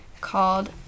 called